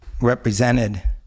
represented